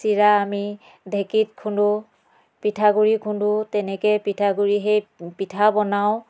চিৰা আমি ঢেঁকীত খুন্দো পিঠাগুড়ি খুন্দো তেনেকৈ পিঠাগুড়ি সেই পিঠা বনাওঁ